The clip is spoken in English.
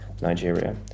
nigeria